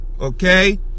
okay